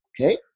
Okay